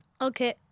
Okay